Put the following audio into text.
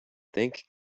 thank